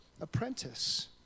apprentice